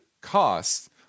costs